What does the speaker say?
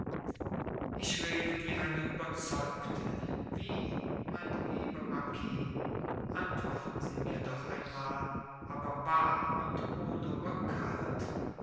ich rede wie eine überzeugte wie mein lieber marquis antworten sie mir doch einmal aber wahr und ohne rückhalt